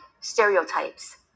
stereotypes